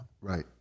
Right